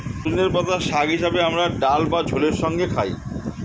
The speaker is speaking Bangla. সজনের পাতা শাক হিসেবে আমরা ডাল বা ঝোলের সঙ্গে খাই